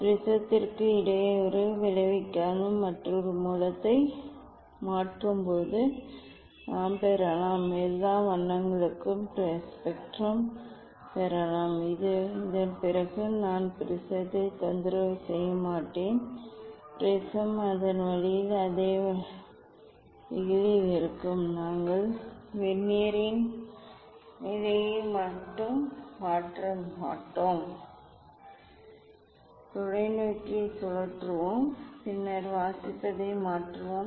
ப்ரிஸத்திற்கு இடையூறு விளைவிக்காமல் மற்றொரு மூலத்தை மாற்றும்போது நாம் பெறலாம் எல்லா வண்ணங்களுக்கும் ஸ்பெக்ட்ரம் பெறலாம் இதன் பிறகு நாம் ப்ரிஸத்தைத் தொந்தரவு செய்யக்கூடாது ப்ரிஸம் அதே வழியில் அதே வழிகளில் இருக்கும் நாங்கள் வெர்னியரின் நிலையை மட்டும் மாற்ற மாட்டோம் தொலைநோக்கியை சுழற்றுவோம் பின்னர் வாசிப்பதை மாற்றுவோம்